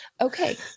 Okay